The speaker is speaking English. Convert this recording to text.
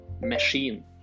machine